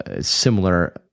similar